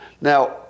Now